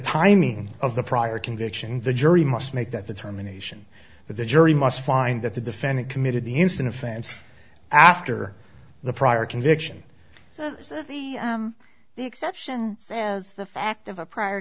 timing of the prior conviction the jury must make that determination that the jury must find that the defendant committed the instant offense after the prior conviction so the exception as the fact of a prior